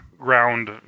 ground